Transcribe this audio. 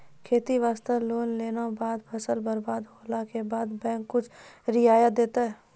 खेती वास्ते लोन लेला के बाद फसल बर्बाद होला के बाद बैंक कुछ रियायत देतै?